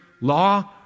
law